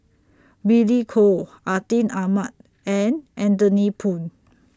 Billy Koh Atin Amat and Anthony Poon